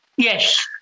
Yes